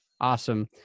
Awesome